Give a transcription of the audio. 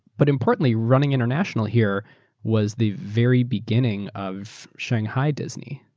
but importantly running international here was the very beginning of shanghai disney.